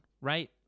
right